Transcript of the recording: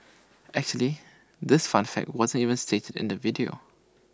actually this fun fact wasn't even stated in the video